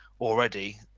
already